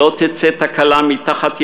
שלא תצא תקלה מתחת ידינו,